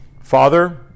Father